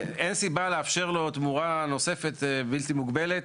אין סיבה לאפשר לו תמורה נוספת בלתי מוגבלת.